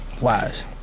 wise